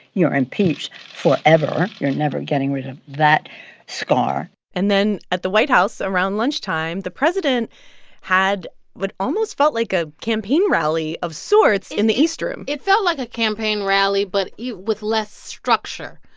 you're impeached forever you're never getting rid of that scar and then at the white house, around lunchtime, the president had what almost felt like a campaign rally of sorts in the east room it felt like a campaign rally but with less structure